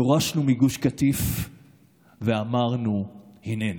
גורשנו מגוש קטיף ואמרנו: הינני.